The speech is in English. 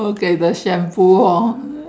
okay the shampoo hor